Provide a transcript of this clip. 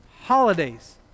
holidays